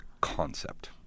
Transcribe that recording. concept